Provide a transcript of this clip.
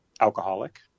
alcoholic